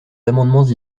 amendements